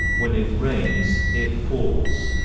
when it rains, it pours,